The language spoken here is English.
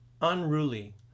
unruly